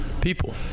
people